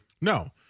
No